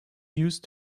used